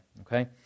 Okay